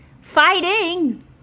Fighting